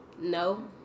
no